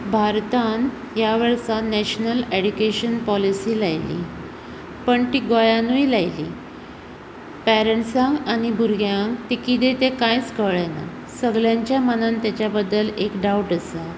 भारतान ह्या वर्सा नॅशनल एडूकेशन पोलिसी लायली पण ती गोंयानूय लायली पॅरंटसांक आनी भुरग्यांक तें कितें तें कांयच कळ्ळे ना सगल्यांच्या मनान तेच्या बद्दल एक डावट आसा